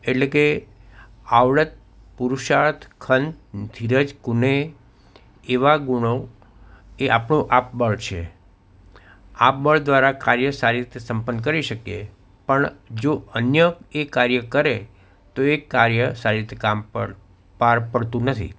એટલે કે આવડત પુરુષાર્થ ખંત ધીરજ કુનેહ એવા ગુણો એ આપણું આપબળ છે આપબળ દ્વારા કાર્ય સારી રીતે સંપન્ન કરી શકીએ પણ જો અન્ય એ કાર્ય કરે તો એ કાર્ય સારી રીતે કામ પાર પડતું નથી